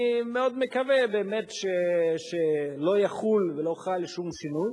אני מאוד מקווה שלא יחול ולא חל שום שינוי.